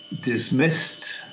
dismissed